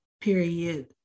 period